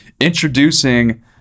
introducing